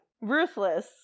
Ruthless